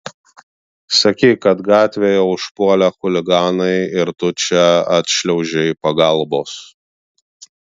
sakyk kad gatvėje užpuolė chuliganai ir tu čia atšliaužei pagalbos